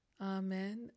Amen